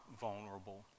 vulnerable